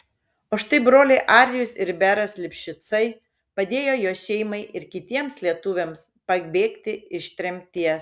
o štai broliai arijus ir beras lipšicai padėjo jo šeimai ir kitiems lietuviams pabėgti iš tremties